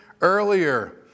earlier